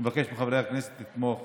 אני מבקש מחברי הכנסת לתמוך